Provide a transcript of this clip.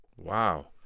Wow